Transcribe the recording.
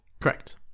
Correct